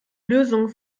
lösungen